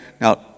now